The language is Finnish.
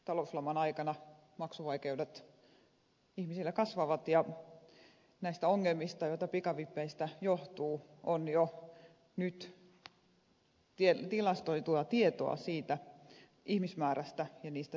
talouslaman aikana maksuvaikeudet ihmisillä kasvavat ja näistä ongelmista jotka pikavipeistä johtuvat on jo nyt tilastoitua tietoa siitä ihmismäärästä ja niistä seurauksista